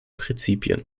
prinzipien